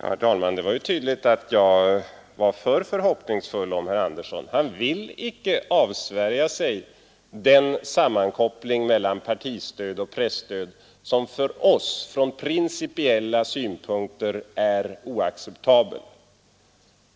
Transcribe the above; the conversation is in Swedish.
Herr talman! Det är tydligt att jag var för förhoppningsfull om herr Andersson. Han vill icke avsvärja sig den sammankoppling mellan partistöd och presstöd som för oss från principiella synpunkter är oacceptabel.